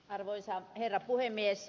arvoisa herra puhemies